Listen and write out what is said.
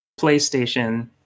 PlayStation